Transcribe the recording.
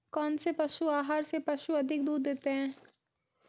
कौनसे पशु आहार से पशु अधिक दूध देते हैं?